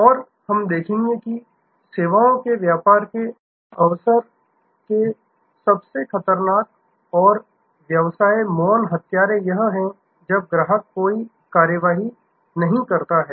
और हम देखेंगे कि सेवाओं के व्यापार के अवसर के सबसे खतरनाक और व्यवसाय मौन हत्यारे यह है जब ग्राहक कोई कार्रवाई नहीं करता है